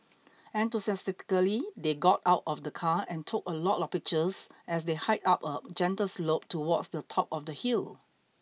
enthusiastically they got out of the car and took a lot of pictures as they hiked up a gentle slope towards the top of the hill